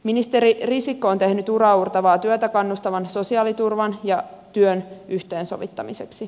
ministeri risikko on tehnyt uraauurtavaa työtä kannustavan sosiaaliturvan ja työn yhteensovittamiseksi